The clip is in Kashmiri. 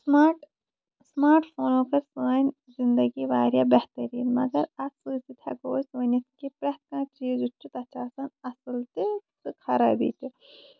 سٔمارٹ سٔمارٹ فونو کٔر سٲنۍ زندگی واریاہ بہتریٖن مَگر اَتھ سۭتۍ سۭتۍ ہٮ۪کو أسۍ ؤنِتھ کہِ پرٮ۪تھ کانہہ چیٖز یُس چھُ تَتھ چھُ آسان اَصٕل تہِ خرابی تہِ